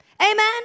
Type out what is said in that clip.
Amen